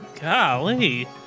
Golly